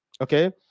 Okay